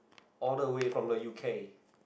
all the way from the u_k